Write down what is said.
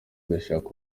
adashaka